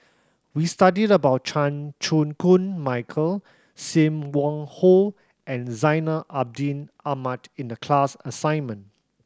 we studied about Chan Chew Koon Michael Sim Wong Hoo and Zainal Abidin Ahmad in the class assignment